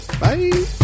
Bye